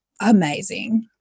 amazing